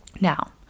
now